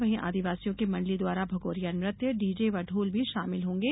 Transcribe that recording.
वहीं आदिवासियों की मंडली द्वारा भगौरिया नृत्य डीजे व ढ़ोल भी शामिल होंगे